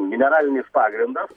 mineralinis pagrindas